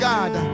God